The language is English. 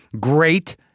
great